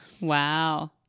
Wow